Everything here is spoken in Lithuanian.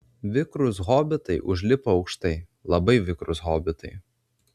vikrūs hobitai užlipo aukštai labai vikrūs hobitai